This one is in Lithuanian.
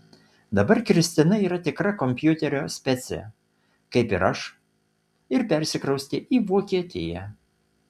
dabar kristina yra tikra kompiuterio specė kaip ir aš ir persikraustė į vokietiją